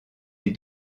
les